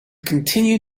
continue